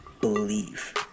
believe